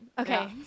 Okay